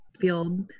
field